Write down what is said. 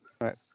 Right